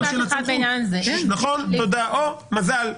------ או, מזל.